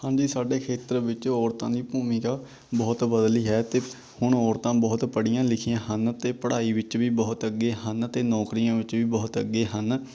ਹਾਂਜੀ ਸਾਡੇ ਖੇਤਰ ਵਿੱਚ ਔਰਤਾਂ ਦੀ ਭੂਮਿਕਾ ਬਹੁਤ ਬਦਲੀ ਹੈ ਅਤੇ ਹੁਣ ਔਰਤਾਂ ਬਹੁਤ ਪੜ੍ਹੀਆਂ ਲਿਖੀਆਂ ਹਨ ਅਤੇ ਪੜ੍ਹਾਈ ਵਿੱਚ ਵੀ ਬਹੁਤ ਅੱਗੇ ਹਨ ਅਤੇ ਨੌਕਰੀਆਂ ਵਿੱਚ ਵੀ ਬਹੁਤ ਅੱਗੇ ਹਨ